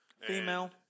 Female